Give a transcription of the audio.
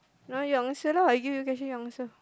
no you answer lah I give you question you answer